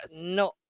No